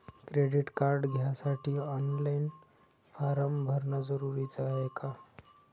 Credit card घ्यासाठी online form भरन जरुरीच हाय का?